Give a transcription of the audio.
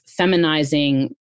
feminizing